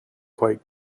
quite